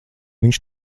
viņš